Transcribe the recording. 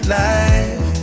life